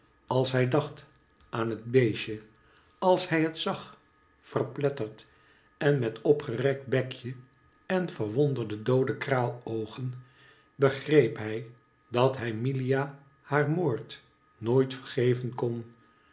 als hij dacht aan het beestje als hij het zag verpletterd en met opgerekt bekje en verwonderde doode kraaloogen begreep hij dat hij milia haar moord nook vergeven kon